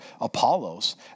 Apollos